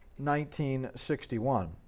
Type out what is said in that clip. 1961